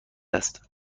است